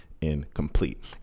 incomplete